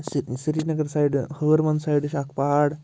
سرینَگر سایڈٕ ہٲروَن سایڈٕ چھِ اَکھ پہاڑ